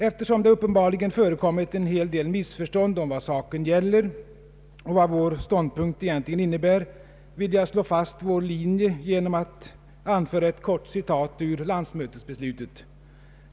Eftersom det uppenbarligen förekommit en hel del missförstånd om vad saken gäller och vad vår ståndpunkt egentligen innebär, vill jag slå fast vår linje genom att anföra ett kort citat ur landsmötesbeslutet.